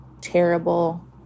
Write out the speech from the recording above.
terrible